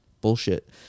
bullshit